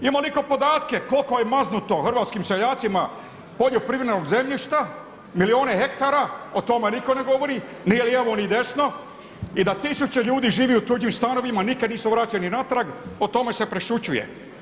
Ima li itko podatke koliko je maznuto hrvatskim seljacima poljoprivrednog zemljišta, milijune hektara, o tome nitko ne govori, ni lijevo ni desno i da tisuće ljudi živi u tuđim stanovima nikada nisu vraćeni unatrag, o tome se prešućuje.